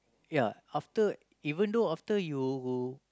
ya after even though after you